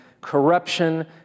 corruption